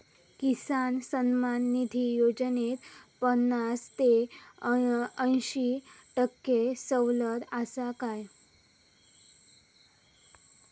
किसान सन्मान निधी योजनेत पन्नास ते अंयशी टक्के सवलत आसा काय?